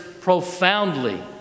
profoundly